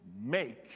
make